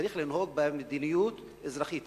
צריך לנהוג במדיניות אזרחית.